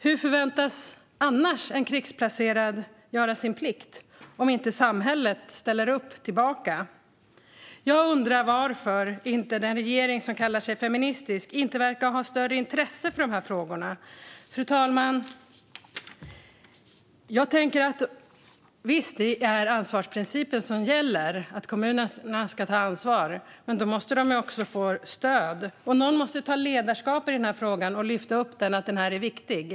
Hur förväntas annars en krigsplacerad göra sin plikt om samhället inte ställer upp i gengäld? Jag undrar varför den regering som kallar sig feministisk inte verkar ha större intresse för dessa frågor. Fru talman! Visst är det ansvarsprincipen som gäller. Kommunerna ska ta ansvar. Men då måste de också få stöd. Någon måste ta ledarskap i frågan, lyfta upp den och visa att den är viktig.